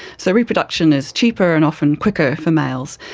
so reproduction is cheaper and often quicker for males.